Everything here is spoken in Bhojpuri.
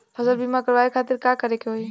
फसल बीमा करवाए खातिर का करे के होई?